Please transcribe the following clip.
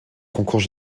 concours